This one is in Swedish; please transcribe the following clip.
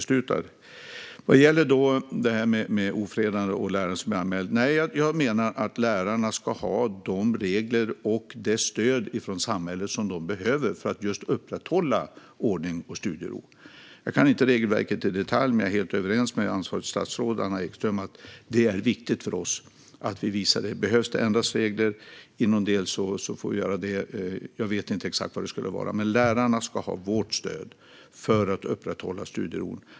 Sedan gäller det detta med ofredande och läraren som blev anmäld. Nej, jag menar att lärarna ska ha de regler och det stöd från samhället som de behöver för att upprätthålla ordning och studiero. Jag kan inte regelverket i detalj, men jag är helt överens med ansvarigt statsråd, Anna Ekström, om att det är viktigt för oss att vi visar detta. Behöver det ändras regler i någon del får vi göra det. Jag vet inte exakt vad det skulle vara, men lärarna ska ha vårt stöd för att upprätthålla studiero.